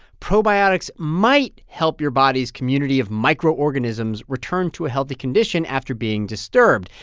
probiotics might help your body's community of microorganisms return to a healthy condition after being disturbed,